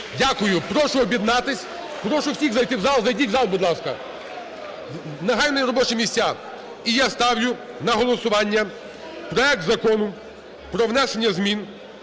Дякую. Прошу об'єднатись, прошу всіх зайти в зал. Зайдіть в зал, будь ласка. Негайно на робочі місця! І я ставлю на голосування проект Закону про внесення змін